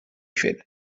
fer